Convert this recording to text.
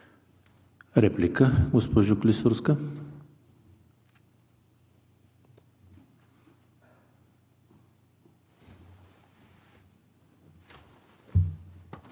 Реплика, госпожо Клисурска?